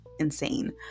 insane